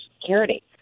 Security